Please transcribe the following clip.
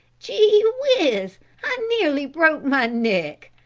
gee whiz! i nearly broke my neck.